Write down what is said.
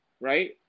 right